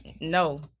No